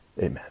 amen